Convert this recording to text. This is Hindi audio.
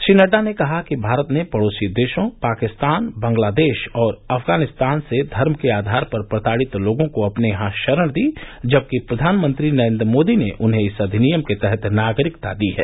श्री नडडा ने कहा कि भारत ने पड़ोसी देशों पाकिस्तान बांग्लादेश और अफगानिस्तान से धर्म के आधार पर प्रताड़ित लोगों को अपने यहां शरण दी जबकि प्रधानमंत्री नरेन्द्र मोदी ने उन्हें इस अधिनियम के तहत नागरिकता दी है